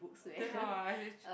then how ah